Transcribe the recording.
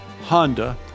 Honda